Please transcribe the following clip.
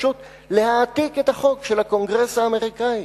פשוט להעתיק את החוק של הקונגרס האמריקני,